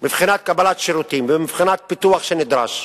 מבחינת קבלת שירותים ומבחינת פיתוח שנדרש.